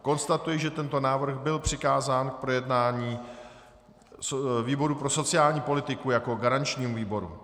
Konstatuji, že tento návrh byl přikázán k projednání výboru pro sociální politiku jako garančnímu výboru.